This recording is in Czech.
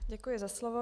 Děkuji za slovo.